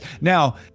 Now